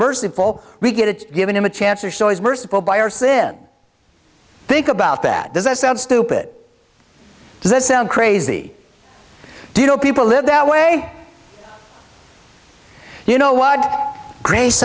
merciful we get giving him a chance to show as merciful by our sin think about that does that sound stupid does this sound crazy do you know people live that way you know what grace